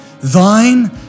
thine